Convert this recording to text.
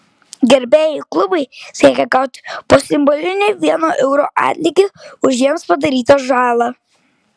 gerbėjų klubai siekia gauti po simbolinį vieno euro atlygį už jiems padarytą žalą